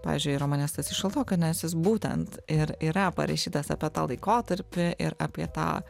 pavyzdžiui romane stasys šaltoka nes jis būtent ir yra parašytas apie tą laikotarpį ir apie tą